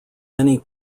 many